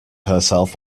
herself